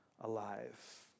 alive